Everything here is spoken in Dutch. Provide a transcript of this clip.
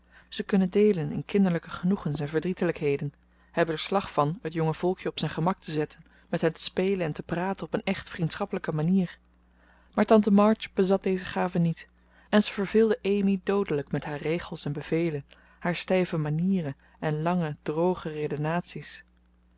ze kunnen deelen in kinderlijke genoegens en verdrietelijkheden hebben er slag van t jonge volkje op zijn gemak te zetten met hen te spelen en te praten op een echt vriendschappelijke manier maar tante march bezat deze gave niet en ze verveelde amy doodelijk met haar regels en bevelen haar stijve manieren en lange droge redenaties